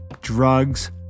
Drugs